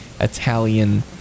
Italian